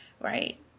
right